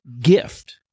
gift